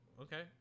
okay